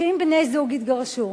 שאם בני-זוג התגרשו,